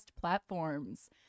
platforms